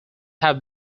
have